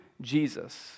Jesus